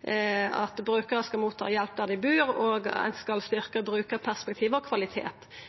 det er eit mål at brukarane skal motta hjelp der dei bur, og at ein skal